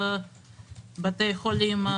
בתי חולים,